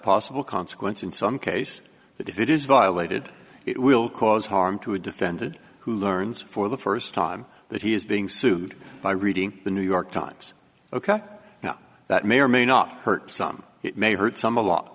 possible consequence in some case that if it is violated it will cause harm to a defendant who learns for the first time that he is being sued by reading the new york times ok now that may or may not hurt some it may hurt some a lot